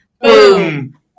Boom